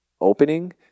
opening